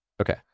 Okay